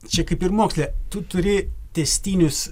čia kaip ir moksle tu turi tęstinius